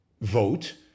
vote